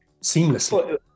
seamlessly